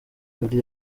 jolly